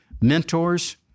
Mentors